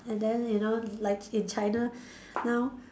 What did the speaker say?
and then you know like in China now